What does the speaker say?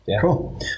Cool